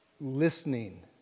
listening